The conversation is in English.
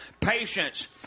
patience